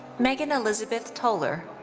meghan elizabeth toler.